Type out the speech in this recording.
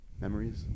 memories